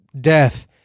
death